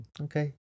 Okay